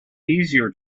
easier